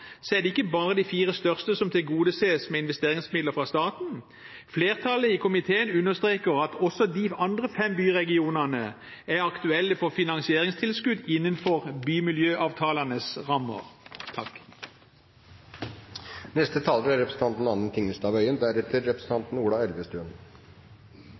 er det ikke bare de fire største som tilgodeses med investeringsmidler fra staten. Flertallet i komiteen understreker at også de andre fem byregionene er aktuelle for finansieringstilskudd innenfor bymiljøavtalenes rammer. Jeg må begynne innlegget mitt litt annerledes enn det jeg hadde tenkt, for representanten